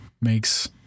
makes